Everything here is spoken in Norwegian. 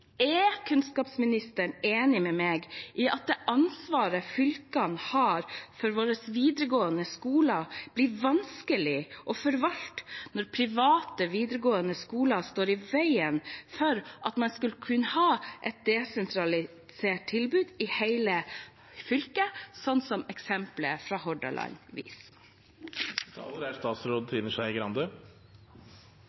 Er kunnskapsministeren enig med meg i at det ansvaret fylkene har for våre videregående skoler, blir vanskelig å forvalte når private videregående skoler står i veien for at man skal kunne ha et desentralisert tilbud i hele fylket, sånn som eksempelet fra Hordaland viser? Jeg har bare lyst til å gjenta tallene: I grunnskolen er